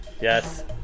Yes